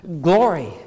glory